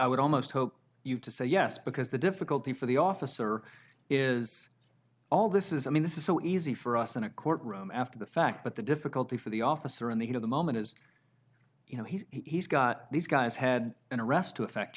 would almost hope you to say yes because the difficulty for the officer is all this is i mean this is so easy for us in a courtroom after the fact but the difficulty for the officer in the heat of the moment is you know he's got these guys had an arrest to effect